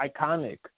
iconic